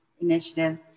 Initiative